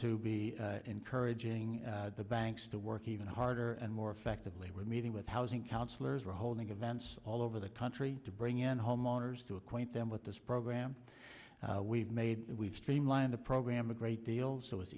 to be encouraging the banks to work even harder and more effectively with meeting with housing counselors we're holding events all over the country to bring in homeowners to acquaint them with this program we've made we've streamlined the program a great deal so it's